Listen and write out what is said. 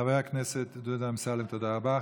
חבר הכנסת דודי אמסלם, תודה רבה.